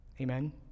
Amen